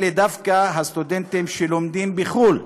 אלה דווקא הסטודנטים שלומדים בחו"ל,